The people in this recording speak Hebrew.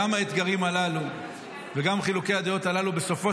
גם האתגרים הללו וגם חילוקי הדעות הללו בסופו